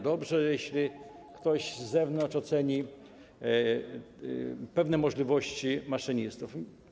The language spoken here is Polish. Dobrze, jeśli ktoś z zewnątrz oceni pewne możliwości maszynistów.